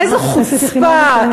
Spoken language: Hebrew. איזו חוצפה,